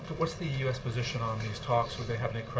what's the u s. position on these talks? would they have any